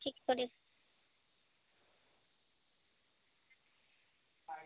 ঠিক করে